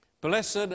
Blessed